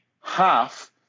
half